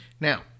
Now